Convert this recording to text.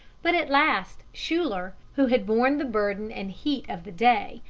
but at last schuyler, who had borne the burden and heat of the day,